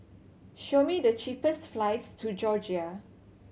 show me the cheapest flights to Georgia